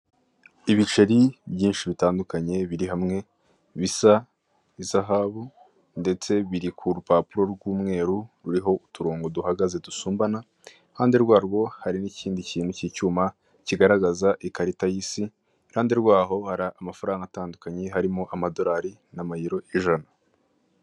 Ibiceri byinshi bitandukanye biri hamwe bisa nk'izahabu ndetse biri ku rupapuro rw'umweru ruriho uturongo duhagaze dusumbana, iruhande rwarwo hari n'ikindi kintu k'icyuma kigaragaza ikarita y'isi, iruhande rwaho hari amafaranga atandukanye harimo amadorari namayero y'ijana.